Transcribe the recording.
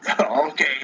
Okay